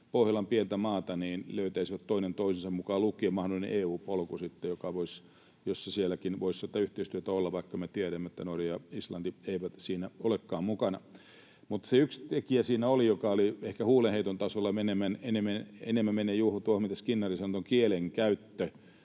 Pohjolan pientä maata löytäisivät toinen toisensa, mukaan lukien sitten mahdollinen EU-polku, jossa sielläkin voisi tätä yhteistyötä olla, vaikka me tiedämme, että Norja ja Islanti eivät siinä olekaan mukana. Mutta siinä oli se yksi tekijä, joka oli ehkä huulenheiton tasolla, joka enemmän menee juuri tuohon, mitä Skinnari sanoi, kielenkäyttöön